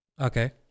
Okay